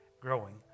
growing